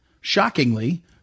Shockingly